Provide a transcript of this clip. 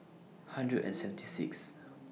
hundred and seventy six